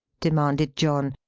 demanded john,